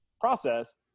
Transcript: process